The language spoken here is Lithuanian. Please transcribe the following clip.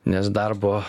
nes darbo